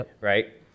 right